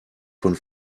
von